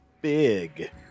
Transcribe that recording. big